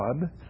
God